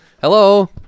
Hello